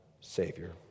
Savior